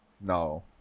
No